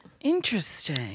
Interesting